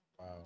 Wow